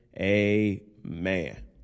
amen